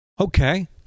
Okay